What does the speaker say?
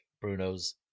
Bruno's